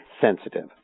sensitive